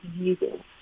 using